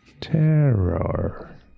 Terror